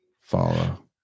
follow